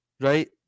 right